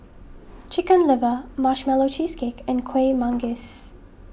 Chicken Liver Marshmallow Cheesecake and Kuih Manggis